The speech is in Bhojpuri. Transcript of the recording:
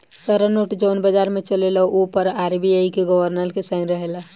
सारा नोट जवन बाजार में चलेला ओ पर आर.बी.आई के गवर्नर के साइन रहेला